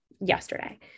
yesterday